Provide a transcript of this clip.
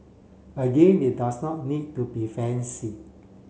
again it does not need to be fancy